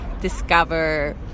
discover